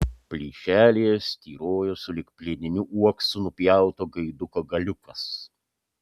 plyšelyje styrojo sulig plieniniu uoksu nupjauto gaiduko galiukas